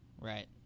Right